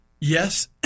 Yes